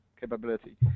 capability